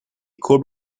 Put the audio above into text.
could